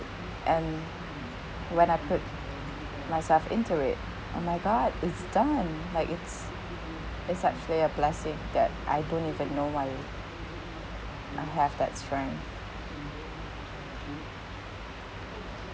and when I put myself into it oh my god it's done like it's it's actually a blessing that I don't even know why I have that strength